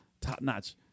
top-notch